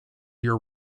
your